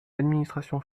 l’administration